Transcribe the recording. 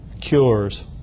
cures